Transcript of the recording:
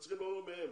הוא צריך לבוא מהם.